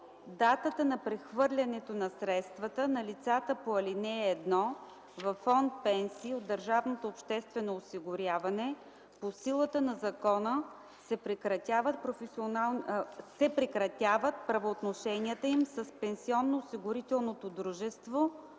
датата на прехвърлянето на средствата на лицата по ал. 1 във фонд „Пенсии” от държавното обществено осигуряване по силата на закона се прекратяват правоотношенията им с пенсионно-осигурителното дружество,